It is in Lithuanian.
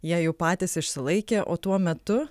jie jau patys išsilaikė o tuo metu